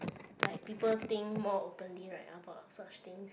like people think more openly right about such things